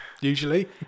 Usually